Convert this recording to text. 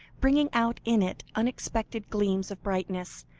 bringing out in it unexpected gleams of brightness,